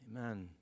Amen